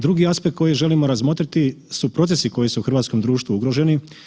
Drugi aspekt koji želimo razmotriti su procesi koji su u hrvatskom društvu ugroženi.